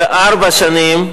ארבע שנים.